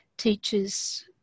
teachers